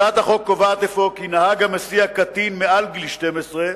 הצעת החוק קובעת אפוא כי נהג המסיע קטן מעל גיל 12,